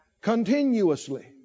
continuously